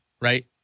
right